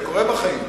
זה קורה בחיים.